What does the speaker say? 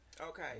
okay